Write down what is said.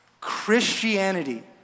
Christianity